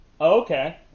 Okay